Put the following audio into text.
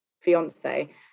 fiance